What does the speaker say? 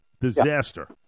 disaster